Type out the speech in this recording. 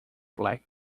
black